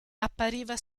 appariva